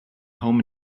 home